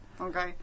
okay